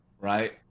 right